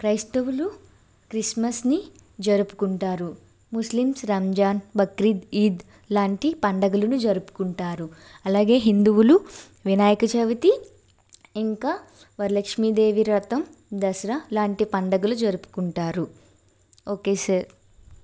క్రైస్తవులు క్రిస్మస్ని జరుపుకుంటారు ముస్లిమ్స్ రంజాన్ బక్రీద్ ఈద్ లాంటి పండుగలను జరుపుకుంటారు అలాగే హిందువులు వినాయక చవితి ఇంకా వరలక్ష్మీదేవి వ్రతం దసరా లాంటి పండుగలు జరుపుకుంటారు ఓకే సార్